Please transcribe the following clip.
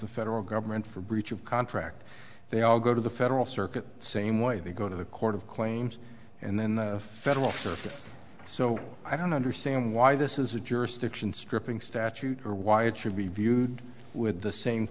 the federal government for breach of contract they all go to the federal circuit same way they go to the court of claims and then the federal so i don't understand why this is a jurisdiction stripping statute or why it should be viewed with the same